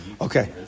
Okay